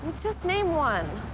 just name one.